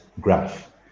graph